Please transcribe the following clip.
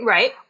Right